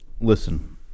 listen